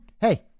hey